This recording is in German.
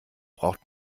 braucht